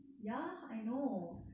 ya I know